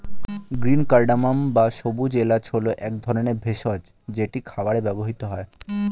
green cardamom বা সবুজ এলাচ হল এক ধরনের ভেষজ যেটি খাবারে ব্যবহৃত হয়